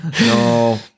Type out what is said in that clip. No